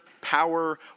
power